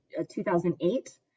2008